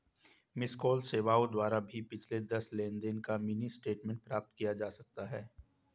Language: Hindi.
मिसकॉल सेवाओं द्वारा भी पिछले दस लेनदेन का मिनी स्टेटमेंट प्राप्त किया जा सकता है